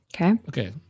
Okay